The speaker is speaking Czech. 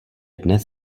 dnes